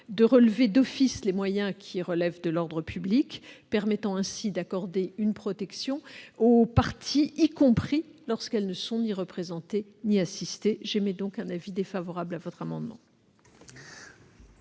de relever d'office les moyens qui relèvent de l'ordre public, permettant ainsi d'accorder une protection aux parties, y compris lorsqu'elles ne sont ni représentées ni assistées. Par conséquent, le Gouvernement